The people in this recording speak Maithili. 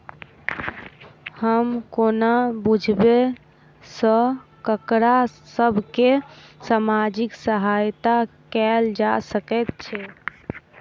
हम कोना बुझबै सँ ककरा सभ केँ सामाजिक सहायता कैल जा सकैत छै?